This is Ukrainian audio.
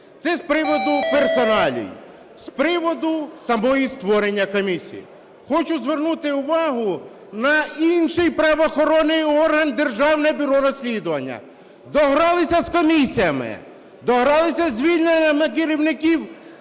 Це з приводу персоналій. З приводу самої створення комісії. Хочу звернути увагу на інший правоохоронний орган – Державне бюро розслідувань. Догралися з комісіями. Догралися зі звільненнями керівників